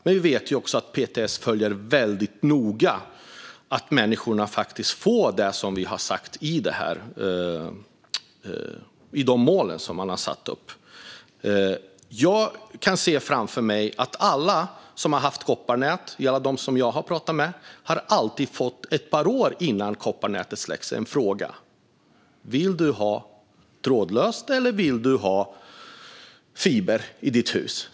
Men vi vet också att PTS mycket noga följer att människorna faktiskt får det som anges i de uppsatta målen. Alla som jag har talat med och som har haft kopparnät har ett par år innan kopparnätet stängts av fått frågan om de vill ha trådlös uppkoppling eller fiber i sina hus.